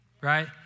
right